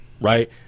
right